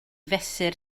fesur